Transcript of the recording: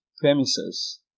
Premises